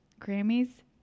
Grammys